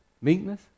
meekness